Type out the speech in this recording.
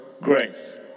grace